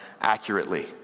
accurately